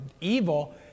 evil